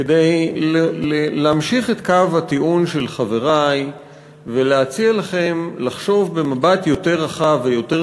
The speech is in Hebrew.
כדי להמשיך את קו הטיעון של חברי ולהציע לכם לחשוב במבט יותר רחב ויותר